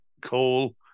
coal